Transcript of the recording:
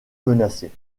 menacée